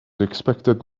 expected